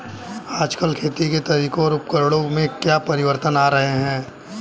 आजकल खेती के तरीकों और उपकरणों में क्या परिवर्तन आ रहें हैं?